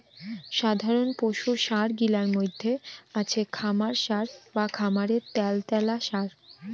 সাধারণ পশুর সার গিলার মইধ্যে আছে খামার সার বা খামারের ত্যালত্যালা সার